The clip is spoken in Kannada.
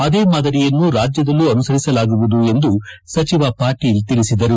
ಅದೇ ಮಾದರಿಯನ್ನೂ ರಾಜ್ಯದಲ್ಲೂ ಅನುಸರಿಸಲಾಗುವುದು ಎಂದು ಸಚಿವ ಪಾಟೀಲ್ ತಿಳಿಸಿದರು